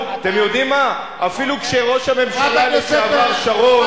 אפילו כשראש הממשלה לשעבר שרון,